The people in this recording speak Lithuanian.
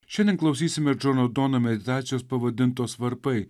šiandien klausysime džono dono meditacijos pavadintos varpai